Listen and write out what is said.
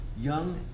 young